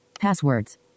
passwords